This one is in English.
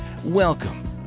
Welcome